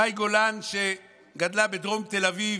מאי גולן, שגדלה בדרום תל אביב,